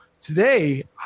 today